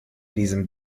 diesem